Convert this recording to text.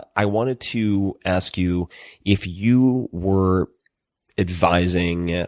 i wanted to ask you if you were advising,